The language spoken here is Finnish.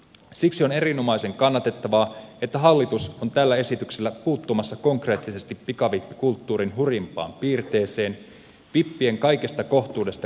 siksi on erinomaisen kannatettavaa että hallitus on tällä esityksellä puuttumassa konkreettisesti pikavippikulttuurin hurjimpaan piirteeseen vippien kaikesta kohtuudesta karanneeseen korkotasoon